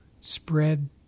spread